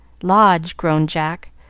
lodge, groaned jack,